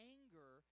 Anger